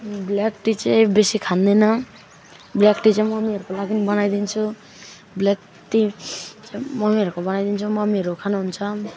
black tea चाहिँ बेसी खाँदिनँ ब्ल्याक टी चाहिँ मम्मीहरूको लागि बनाइदिन्छु ब्ल्याक टी छ्या हौ मम्मीहरूको बनाइदिन्छु मम्मीहरू खानुहुन्छ